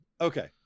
Okay